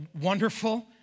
wonderful